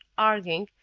arguing,